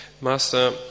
Master